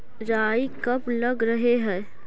राई कब लग रहे है?